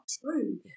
true